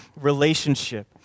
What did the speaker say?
relationship